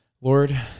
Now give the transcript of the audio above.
Lord